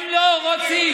הם לא רוצים.